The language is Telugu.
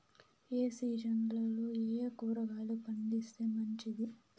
ఏ సీజన్లలో ఏయే కూరగాయలు పండిస్తే మంచిది